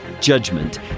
judgment